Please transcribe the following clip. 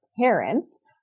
parents